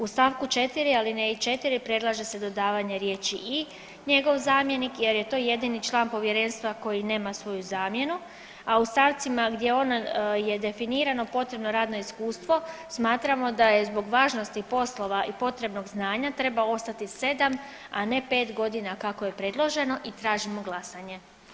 U st. 4. alineji 4. predlaže se dodavanje riječi „i njegov zamjenik“ jer je to jedini član povjerenstva koji nema svoju zamjenu, a u stavcima gdje ono je definirano potrebno radno iskustvo smatramo da je zbog važnosti poslova i potrebnog znanja treba ostati 7, a ne 5.g. kako je predloženo i tražimo glasanje.